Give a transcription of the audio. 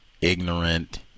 Ignorant